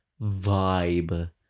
vibe